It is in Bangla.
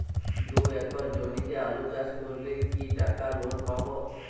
দুই একর জমিতে আলু চাষ করলে কি টাকা লোন পাবো?